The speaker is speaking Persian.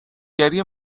گری